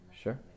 Sure